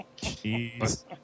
Jeez